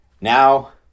Now